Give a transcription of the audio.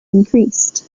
increased